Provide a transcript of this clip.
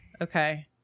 Okay